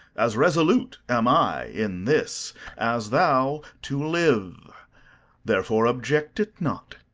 as resolute am i in this as thou to live therefore object it not.